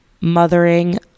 mothering